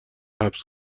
حبس